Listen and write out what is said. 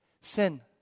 sin